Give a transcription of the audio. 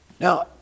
Now